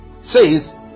says